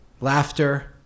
laughter